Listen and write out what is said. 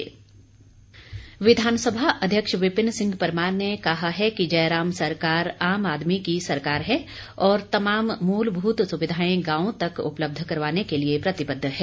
विपिन परमार विधानसभा अध्यक्ष विपिन सिंह परमार ने कहा कि जयराम सरकार आम आदमी की सरकार है और तमाम मूलभूत सुविधाएं गांव तक उपलब्ध करवाने के लिए प्रतिबद्ध है